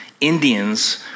Indians